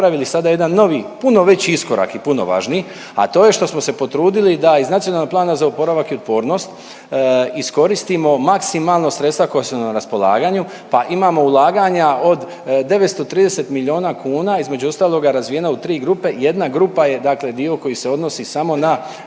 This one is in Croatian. mi smo napravili sada jedan novi puno veći iskorak i puno važniji, a to je što smo se potrudili da iz NPOO-a iskoristimo maksimalno sredstva koja su nam na raspolaganju pa imamo ulaganja od 930 milijuna kuna između ostaloga razvijena u tri grupe. Jedna grupa je dakle dio koji se odnosi samo na